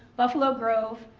buffalo grove,